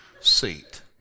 seat